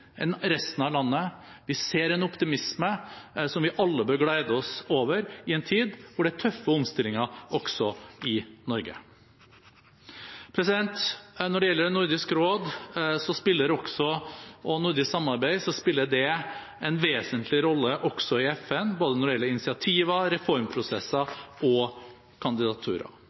resten av landet. Vi ser en optimisme som vi alle bør glede oss over i en tid da det er tøffe omstillinger også i Norge. Når det gjelder Nordisk råd og nordisk samarbeid, spiller det en vesentlig rolle også i FN når det gjelder både initiativer, reformprosesser og kandidaturer.